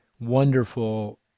wonderful